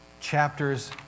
chapters